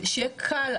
שיהיה קל,